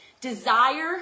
desire